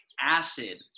acid